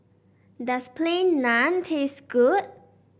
does Plain Naan taste good